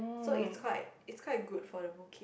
so it's quite it's quite good for the mooncake